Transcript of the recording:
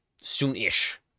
soon-ish